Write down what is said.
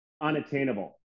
unattainable